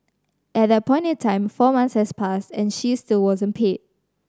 at that point in time four months had passed and she still wasn't paid